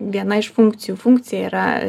viena iš funkcijų funkcija yra